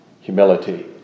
humility